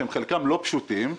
שחלקם לא פשוטים,